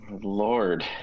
Lord